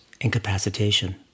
incapacitation